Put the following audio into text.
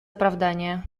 оправдания